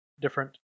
different